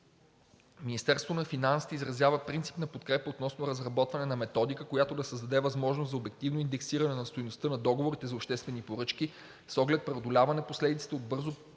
Министерството на финансите изразява принципна подкрепа относно разработване на методика, която да създаде възможност за обективно индексиране на стойността на договорите за обществени поръчки с оглед преодоляване последиците от бързо